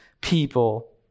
people